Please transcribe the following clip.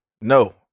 no